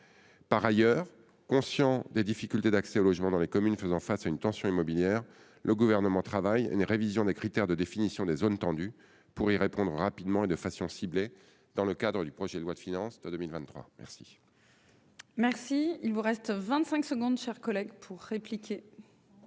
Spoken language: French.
Par ailleurs, conscient des difficultés d'accès au logement dans les communes faisant face à une tension immobilière, le Gouvernement travaille à une révision des critères de définition des zones tendues, pour y répondre rapidement et de façon ciblée, dans le cadre du projet de loi de finances pour 2023. La